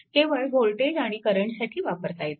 केवळ वोल्टेज आणि करंटसाठी वापरता येतो